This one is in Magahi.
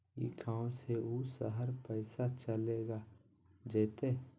ई गांव से ऊ शहर पैसा चलेगा जयते?